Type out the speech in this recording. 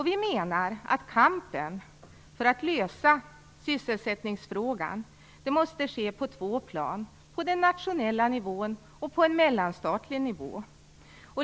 Vi menar att kampen för att lösa sysselsättningsfrågan måste ske på två plan: på den nationella nivån och på en mellanstatlig nivå.